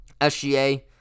SGA